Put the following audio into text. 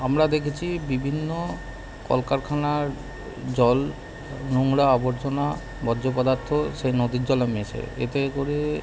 আমরা দেখেছি বিভিন্ন কলকারখানার জল নোংরা আবর্জনা বর্জ্যপদার্থ সেই নদীর জলে মেশে এতে করে